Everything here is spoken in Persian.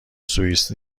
سوئیس